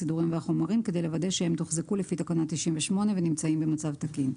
הסידורים והחומרים כדי לוודא שהם תוחזקו לפי תקנה 98 ונמצאים במצב תקין.